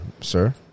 sir